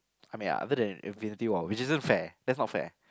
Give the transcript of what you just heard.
I mean other than Infinity War which isn't fair that's not fair